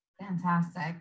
Fantastic